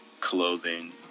clothing